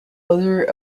other